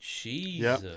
Jesus